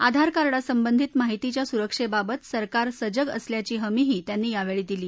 आधार कार्डसंबधीत माहितीच्या सुरक्षेबाबात सरकार सजग असल्याची हमीही त्यांनी यावेळी दिली